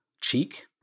cheek